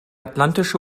atlantische